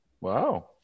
Wow